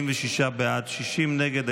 46 בעד, 60 נגד.